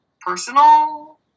personal